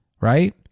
right